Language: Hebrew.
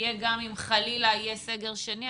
יהיה גם אם חלילה יהיה סגר שני.